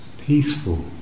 peaceful